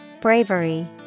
Bravery